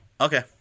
okay